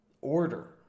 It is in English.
order